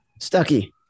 Stucky